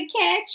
catch